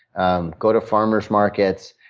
um go to farmers markets.